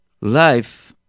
life